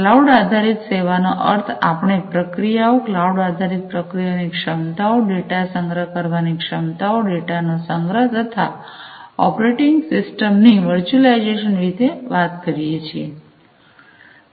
cloud આધારીત સેવા નો અર્થ આપણે પ્રક્રિયાઓ ક્લાઉડ આધારિત પ્રક્રિયાઓ ની ક્ષમતાઓ ડેટા સંગ્રહ કરવાની ક્ષમતાઓ ડેટાનો સંગ્રહ તથા ઓપરેટિંગ સિસ્ટમની વર્ચ્યુઅલાઈઝેશન વિશે વાત કરીએ છીએ